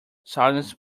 silence